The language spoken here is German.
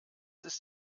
ist